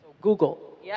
Google